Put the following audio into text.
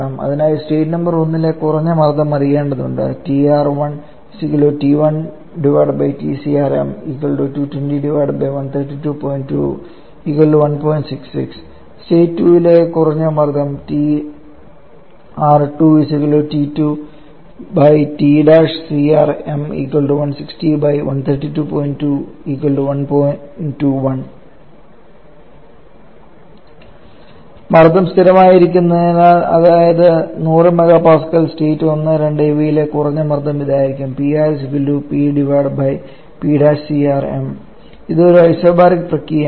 അതിനായി state number 1 ലെ കുറഞ്ഞ മർദ്ദം അറിയേണ്ടതുണ്ട് സ്റ്റേറ്റ് 2 ലെ കുറഞ്ഞ മർദ്ദം മർദ്ദം സ്ഥിരമായി ഇരിക്കുന്നതിനാൽ അതായത് 10 MPa സ്റ്റേറ്റ് 1 2 ഇവയിലെ കുറഞ്ഞ മർദ്ദം ഇതായിരിക്കും ഇത് ഒരു ഐസോബറിക് പ്രക്രിയയാണ്